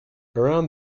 around